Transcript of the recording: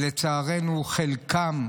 לצערנו, חלקם,